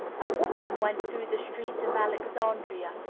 a woman went through the streets of alexandria,